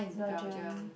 Belgium